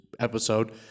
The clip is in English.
episode